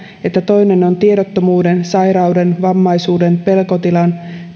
että toinen on tiedottomuuden sairauden vammaisuuden pelkotilan